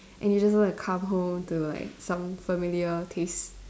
and you just want to come home to like some familiar taste